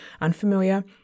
unfamiliar